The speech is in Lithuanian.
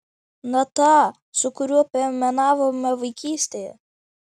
na tą su kuriuo piemenavome vaikystėje